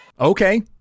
Okay